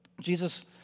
Jesus